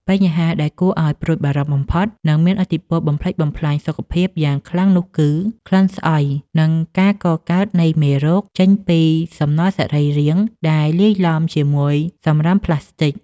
បញ្ហាដែលគួរឱ្យព្រួយបារម្ភបំផុត និងមានឥទ្ធិពលបំផ្លិចបំផ្លាញសុខភាពយ៉ាងខ្លាំងនោះគឺ ក្លិនស្អុយ និងការកកើតនៃមេរោគ ចេញពីសំណល់សរីរាង្គដែលលាយឡំជាមួយសម្រាមផ្លាស្ទិក។